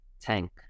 tank